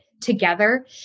together